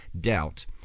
doubt